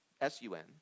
S-U-N